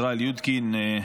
ישראל יודקין,